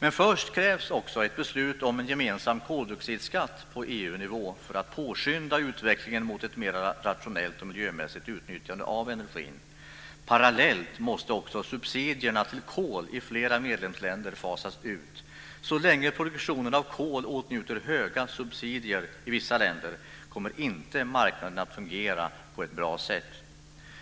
Men först krävs också ett beslut om en gemensam koldioxidskatt på EU-nivå för att påskynda utvecklingen mot ett mer rationellt och miljömässigt utnyttjande av energin. Parallellt måste också subsidierna till kol i flera medlemsländer fasas ut. Så länge produktionen av kol åtnjuter höga subsidier i vissa länder kommer inte marknaden att fungera på ett bra sätt.